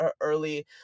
early